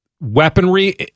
weaponry